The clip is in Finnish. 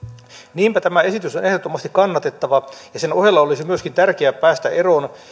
niinpä tämä esitys on ehdottomasti kannatettava sen ohella olisi myöskin tärkeää päästä eroon